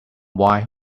wine